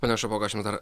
pone šapoka aš jums dar